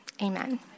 amen